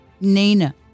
Nina